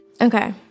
Okay